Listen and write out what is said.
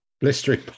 Blistering